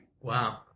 Wow